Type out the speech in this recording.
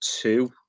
two